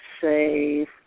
say